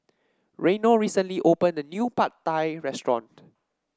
Reino recently opened a new Pad Thai restaurant